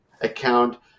account